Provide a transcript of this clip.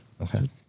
Okay